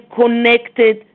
connected